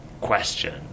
question